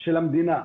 של המדינה.